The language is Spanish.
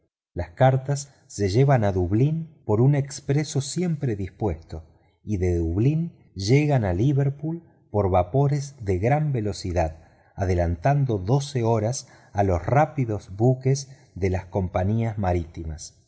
las cartas se llevan a dublín por un expreso siempre dispuesto y de dublín llegan a liverpool por vapores de gran velocidad adelantando doce horas a los rápidos buques de las compañías marítimas